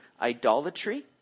idolatry